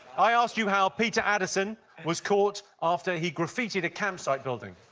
i asked you how peter addison was caught after he graffitied a campsite building.